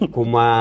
Kuma